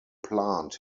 plant